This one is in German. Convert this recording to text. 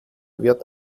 wird